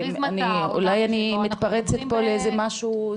אבל אולי אני מתפרצת פה לאיזה משהו,